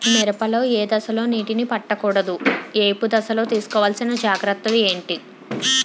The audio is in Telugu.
మిరప లో ఏ దశలో నీటినీ పట్టకూడదు? ఏపు దశలో తీసుకోవాల్సిన జాగ్రత్తలు ఏంటి?